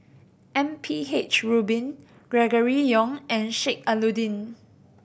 M P H Rubin Gregory Yong and Sheik Alau'ddin